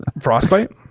frostbite